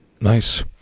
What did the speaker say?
Nice